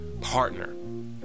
partner